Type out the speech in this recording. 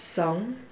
song